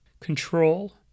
Control